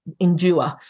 endure